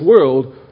world